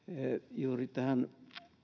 juuri tähän